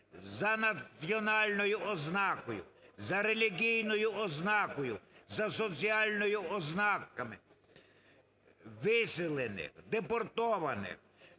за національною ознакою, за релігійною ознакою, за соціальною ознакою виселених, депортованих,